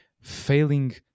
failing